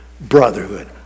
brotherhood